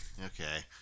Okay